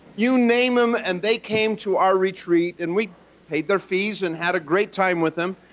you name them, and they came to our retreat, and we paid their fees, and had a great time with them.